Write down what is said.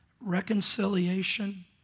reconciliation